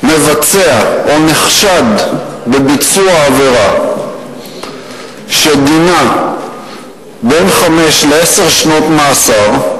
מבצע או נחשד בביצוע עבירה שדינה בין חמש לעשר שנות מאסר,